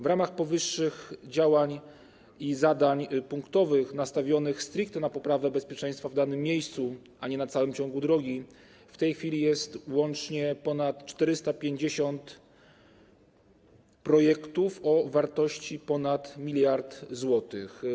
W ramach powyższych działań i zadań punktowych nastawionych stricte na poprawę bezpieczeństwa w danym miejscu, a nie na całym ciągu drogi w tej chwili jest łącznie ponad 450 projektów o wartości ponad 1 mld zł.